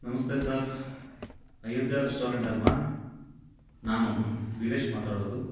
ನಮಸ್ತೆ sir Ayodhya restaurant ಅಲ್ಲವಾ ನಾನು ವೀರೇಶ್ ಮಾತಾಡೋದು